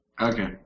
Okay